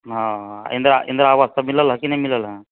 हॅं हॅं इन्दिरा आवास सब मिललहऽ कि नहि मिललहऽ